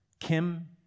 Kim